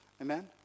amen